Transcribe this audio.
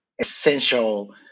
essential